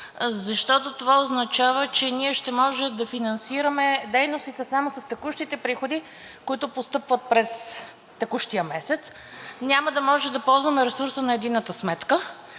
защото това означава, че ние ще може да финансираме дейностите само с текущите приходи, които постъпват през текущия месец, няма да може да ползваме ресурса на единната сметка.